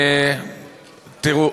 תראו,